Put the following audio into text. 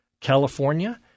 California